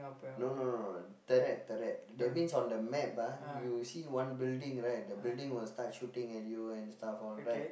no no no no turret turret that means on the map ah you see one building right the building will start shooting at you and stuff all right